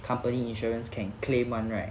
company insurance can claim [one] right